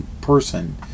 person